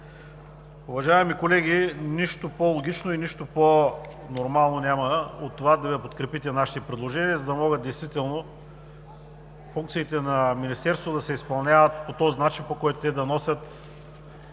Уважаеми колеги, нищо по-логично и нищо по-нормално няма от това да подкрепите нашите предложения, за да могат действително функциите на Министерството да се изпълняват по начина, по който те да носят